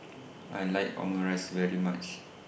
I like Omurice very much